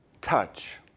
touch